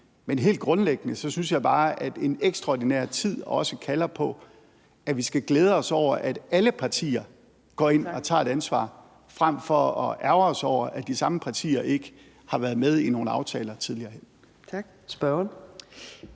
Men helt grundlæggende synes jeg bare, at en ekstraordinær tid også kalder på, at vi skal glæde os over, at alle partier går ind og tager et ansvar, frem for at ærgre os over, at de samme partier ikke har været med i nogle aftaler tidligere.